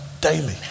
daily